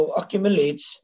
accumulates